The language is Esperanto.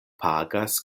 pagas